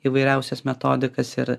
įvairiausias metodikas ir